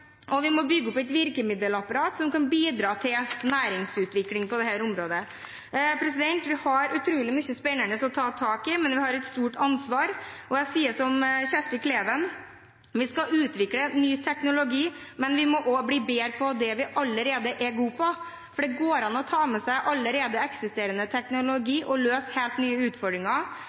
og vi må bygge opp et virkemiddelapparat som kan bidra til næringsutvikling på dette området. Vi har utrolig mye spennende å ta tak i, men vi har et stort ansvar, og jeg sier som Kjersti Kleven, at vi skal utvikle ny teknologi, men vi må også bli bedre på det vi allerede er gode på. For det går an å ta med seg allerede eksisterende teknologi og løse helt nye utfordringer.